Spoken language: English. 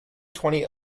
twenty